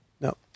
No